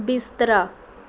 ਬਿਸਤਰਾ